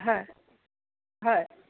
হয় হয়